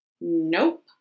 Nope